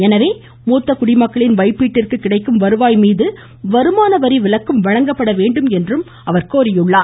எனவே மூத்த குடிமக்களின் வைப்பீட்டிற்கு கிடைக்கும் வருவாய் மீது வருமானவரி விலக்கும் வழங்கப்பட வேண்டும் என்றும் அவர் கோரியுள்ளார்